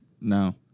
No